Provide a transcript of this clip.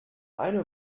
eine